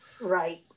right